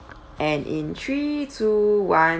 and in three two one